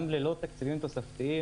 גם ללא תקציבים תוספתיים,